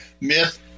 myth